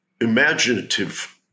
imaginative